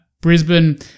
Brisbane